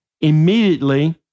immediately